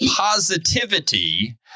positivity